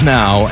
now